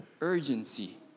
urgency